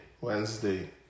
Wednesday